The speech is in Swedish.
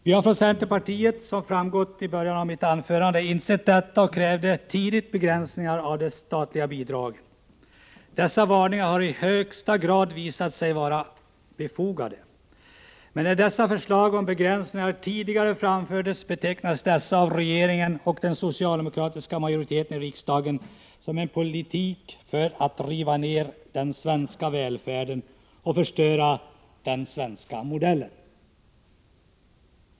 Vi har inom centerpartiet — som framgått i början av mitt anförande — insett detta, och vi krävde tidigt begränsningar av de statliga bidragen. Våra varningar har i högsta grad visat sig vara befogade, men när dessa förslag om begränsningar tidigare framfördes betecknades de av regeringen och den socialdemokratiska majoriteten i riksdagen som en politik för att ”riva ner den svenska välfärden och förstöra den svenska modellen”.